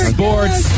Sports